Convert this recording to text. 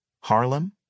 Harlem